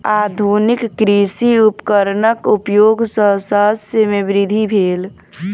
आधुनिक कृषि उपकरणक उपयोग सॅ शस्य मे वृद्धि भेल